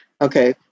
Okay